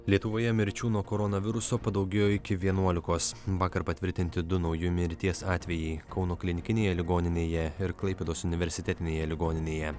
lietuvoje mirčių nuo koronaviruso padaugėjo iki vienuolikos vakar patvirtinti du nauji mirties atvejai kauno klinikinėje ligoninėje ir klaipėdos universitetinėje ligoninėje